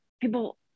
People